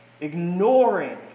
ignoring